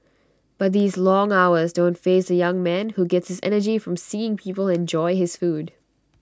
but these long hours don't faze the young man who gets his energy from seeing people enjoy his food